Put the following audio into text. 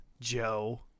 joe